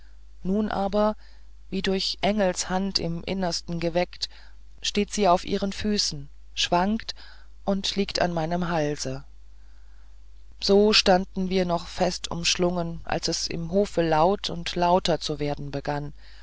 nun aber wie durch engelshand im innersten erweckt steht sie auf ihren füßen schwankt und liegt an meinem halse so standen wir noch immer fest umschlungen als es im hofe laut und lauter zu werden begann